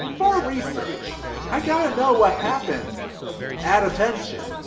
for research i gotta know what happens and attention.